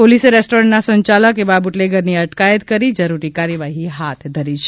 પોલીસે રેસ્ટોરન્ટના સંચાલક એવા બુટલેગરની અટકાયત કરી જરૂરી કાર્યવાહી હાથ ધરી છે